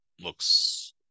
looks